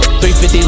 350